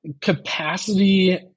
capacity